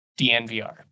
DNVR